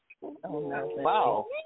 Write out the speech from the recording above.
Wow